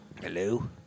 Hello